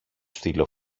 στείλω